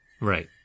Right